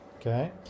okay